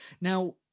now